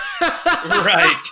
Right